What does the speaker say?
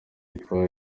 byitwa